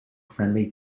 friendly